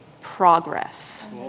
progress